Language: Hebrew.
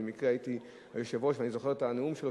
אני זוכר את הנאום שלו